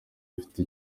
ifite